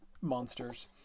monsters